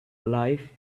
life